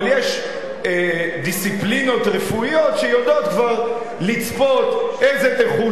אבל יש דיסציפלינות רפואיות שיודעות כבר לצפות איזה נכות